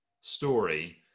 story